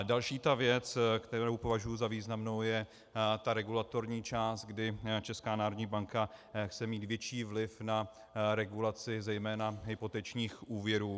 Další věc, kterou považuji za významnou, je regulatorní část, kdy Česká národní banka chce mít větší vliv na regulaci zejména hypotečních úvěrů.